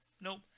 Nope